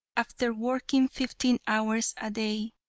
after working fifteen hours a day,